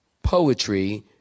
poetry